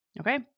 Okay